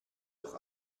doch